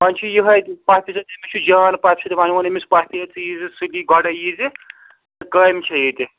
وۄنۍ چھُ یِہےَ أمِس چھ جان پۄپھِ سۭتۍ وۅنۍ ووٚن أمِس پوٚپھِ ژٕ یی زِ سُلی گۄڈے یی زِ کامہِ چھےٚ ییٚتہِ